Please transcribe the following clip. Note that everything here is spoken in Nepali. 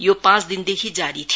यो पाँच दिनदेखि जारी थियो